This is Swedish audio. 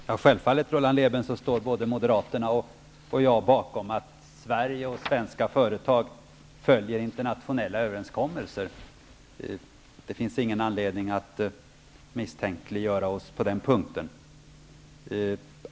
Herr talman! Självfallet står både moderaterna och jag bakom att Sverige och svenska företag följer internationella överenskommelser. Det finns ingen anledning att misstänkliggöra oss på den punkten.